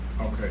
okay